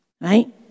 right